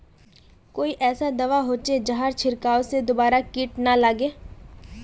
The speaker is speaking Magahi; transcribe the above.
कोई ऐसा दवा होचे जहार छीरकाओ से दोबारा किट ना लगे?